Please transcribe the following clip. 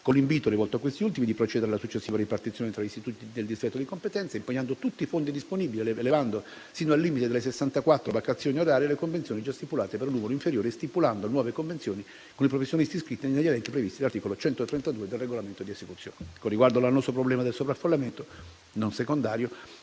con l'invito rivolto a questi ultimi di procedere alla successiva ripartizione tra gli istituti del distretto di competenza, impegnando tutti i fondi disponibili, elevando sino al limite delle 64 vacazioni orarie le convenzioni già stipulate per un numero inferiore, stipulando nuove convenzioni con i professionisti iscritti negli elenchi previsti dall'articolo 132 del regolamento di esecuzione. Con riguardo all'annoso problema del sovraffollamento, non secondario,